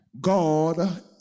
God